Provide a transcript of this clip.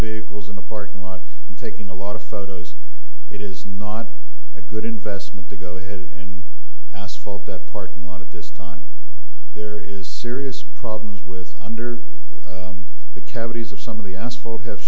vehicles in a parking lot and taking a lot of photos it is not a good investment to go ahead in asphalt that parking lot at this time there is serious problems with under the cavities of some of the asphalt have